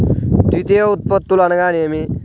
ద్వితీయ ఉత్పత్తులు అనగా నేమి?